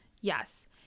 Yes